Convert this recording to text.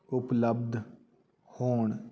ਉਪਲੱਬਧ ਹੋਣ